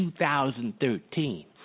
2013